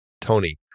Tony